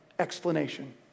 Explanation